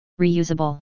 Reusable